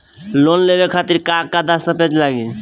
Loan लेवे खातिर का का दस्तावेज लागी?